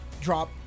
drop